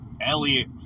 Elliot